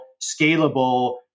scalable